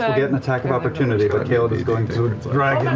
ah get an attack of opportunity, but caleb is going sort of to drag